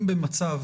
עומדים עדיין במצב